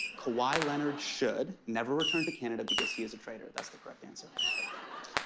kawhi leonard should. never return to canada because he is a traitor. that's the correct and so